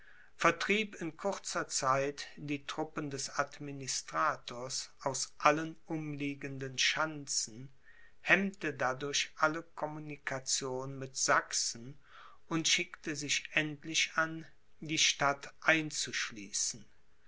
vertrieb in kurzer zeit die truppen des administrators aus allen umliegenden schanzen hemmte dadurch alle communication mit sachsen und schickte sich ernstlich an die stadt